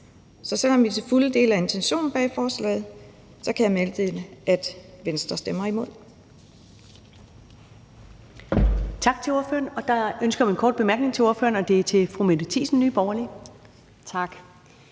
Så selv om vi til fulde deler intentionen bag forslaget, kan jeg meddele, at Venstre stemmer imod.